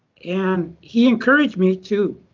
and he encouraged me to,